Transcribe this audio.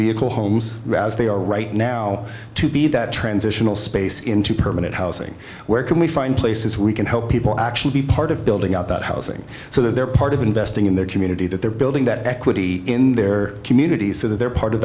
vehicle homes rather they are right now to be that transitional space into permanent housing where can we find places we can help people actually be part of building up that housing so that they're part of investing in their community that they're building that equity in their community so that they're part of